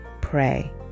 pray